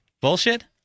Bullshit